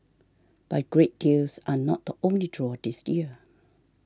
but great deals are not the only draw this year